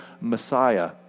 Messiah